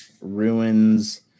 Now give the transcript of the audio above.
ruins